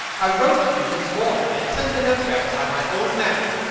i wrote to you this morning, and sent the note down by my own man.